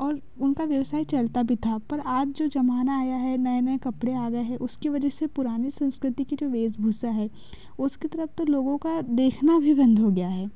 और उनका व्यवसाय चलता भी था पर आज जो ज़माना आया है नए नए कपड़े आ गए हैं उसके वजह से जो पुराने संस्कृति के जो भेष भूषा है उसके तरफ़ तो लोगों का देखना भी बंद हो गया है